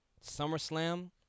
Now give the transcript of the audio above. SummerSlam